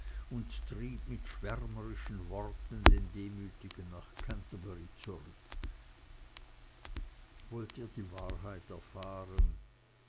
und trieb mit schwärmerischen worten den demütigen nach canterbury zurück wollt ihr die wahrheit erfahren